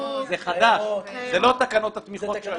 זה חדש, אלה לא תקנות התמיכות שהיו.